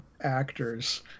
actors